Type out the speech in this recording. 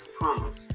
promise